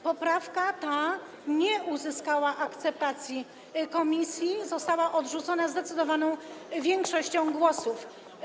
Poprawka ta nie uzyskała akceptacji komisji, została odrzucona zdecydowaną większością głosów.